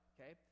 okay